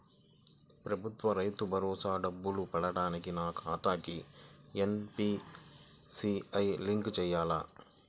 ప్రభుత్వ రైతు భరోసా డబ్బులు పడటానికి నా ఖాతాకి ఎన్.పీ.సి.ఐ లింక్ చేయాలా?